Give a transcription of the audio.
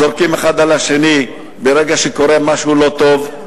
זורקים האחד על השני ברגע שקורה משהו לא טוב,